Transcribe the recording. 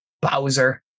bowser